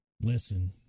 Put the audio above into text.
Listen